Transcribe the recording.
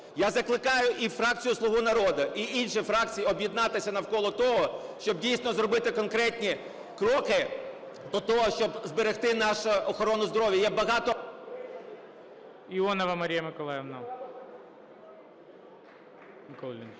Я закликаю і фракцію "Слуга народу", і інші фракції об'єднатися навколо того, щоб дійсно зробити конкретні кроки до того, щоб зберегти нашу охорону здоров'я. Є багато… ГОЛОВУЮЧИЙ. Іонова